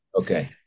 Okay